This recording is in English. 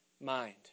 mind